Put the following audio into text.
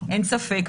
אין ספק,